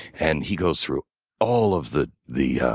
and he goes through all of the the